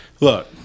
Look